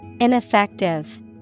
Ineffective